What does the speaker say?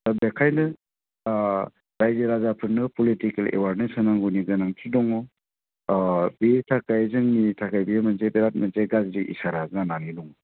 दा बेखायनो ओह रायजो राजाफोरनो पलिटिकेल एवारनेस होनांगौनि गोनांथि दङ अह बेनि थाखाय जोंनि थाखाय बियो मोनसे बिराथ मोनसे गाज्रि इसारा जानानै दं